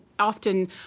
often